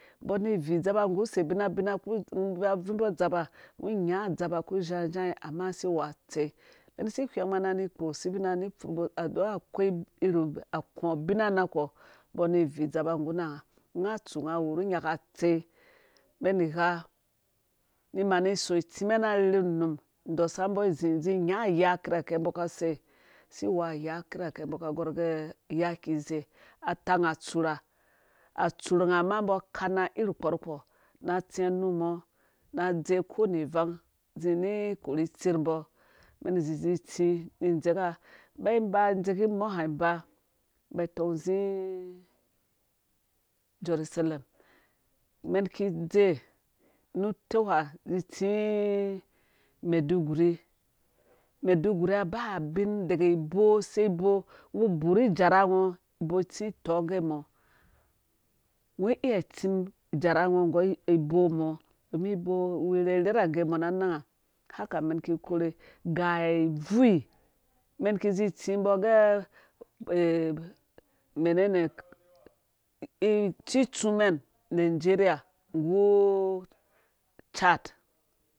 Umbɔ ani ivi. udzɛpa nggu use bin ubina ku baauimbɔ udzɛpa ungo inyaɔ udzɛpa uku ahai zhai ama si wea atsei isi ihwɛng ani iku use bina ani ibfur dom akoi iri akɔ ubina nakɔɔ umbɔ ani ivi udzɛpa ngguna unga unga atsu unga awuri inyaka atsei umɛn igha ni mani iso itsi mɛn arherhu num indɔsa umbɔ izi izi inya aya kirakɛ umbɔ ka agɔr gɛ iya kize atang atsura atsurunga ma umbo aka na iri kpɔrukpɔ na atsi anu mɔ na adze ko wende ivang dze. ni ikore itsermbɔ umɛn izi zi itsi ni indzeka iba iba idzeki mɔ ha iba iba itɔng izi ujeruse tem umen ki indze nu uteu ha izi itsi maiduguri maiduguria baa biu dege iboo sai iboo ungo uburh ijarango iboo itsi itongge mɔ ungo iya itsim ijerango nggu iboo mɔ na ananga ha umɛn ki izi itsi umbɔ gɛ menena itsi tsumen una geria nggu chart